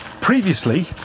Previously